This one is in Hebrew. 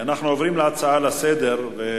אנחנו עוברים להצעות לסדר-היום,